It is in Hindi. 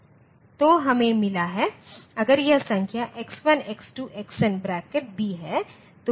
तो हमें मिला है अगर यह संख्या x1x2 xnb है